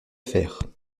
faire